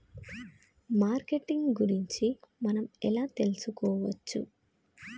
Marketing గురించి మనం ఎలా తెలుసుకోవచ్చు?